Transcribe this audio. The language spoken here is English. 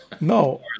No